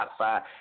Spotify